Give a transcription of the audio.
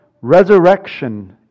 Resurrection